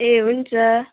ए हुन्छ